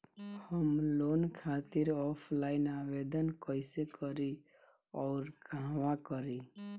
हम लोन खातिर ऑफलाइन आवेदन कइसे करि अउर कहवा करी?